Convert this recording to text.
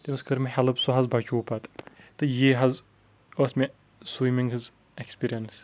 تٔمِس کٔر مےٚ ہٮ۪لٕپ سُہ حظ بچو پتہٕ تہٕ یی حظ ٲسۍ مےٚ سُیمنٛگ ہٕنٛز اٮ۪کٕسپیرینٕس